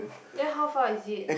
then how far is it